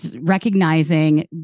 recognizing